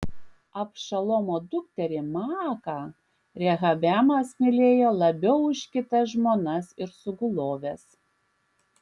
abšalomo dukterį maaką rehabeamas mylėjo labiau už kitas žmonas ir suguloves